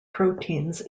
proteins